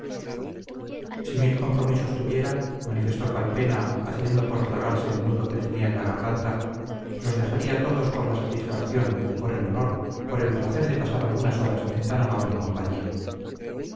si mil compromisos tuviera manifestó calpena haciendo por tragarse el nudo que tenía en la garganta los dejaría todos por la satisfacción por el honor por el placer de pasar algunas horas en tan amable compañía